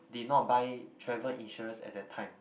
did not buy travel insurance at that time